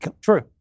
True